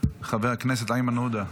חבר הכנסת איימן עודה,